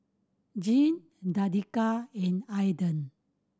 Jean Danica and Aaden